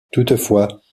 toutefois